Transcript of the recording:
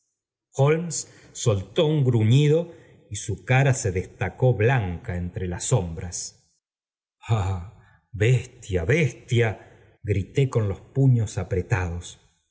soltó un gruñido y su cara se destacó blanca entre las sombras bestia í grité con los puños apretados